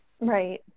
Right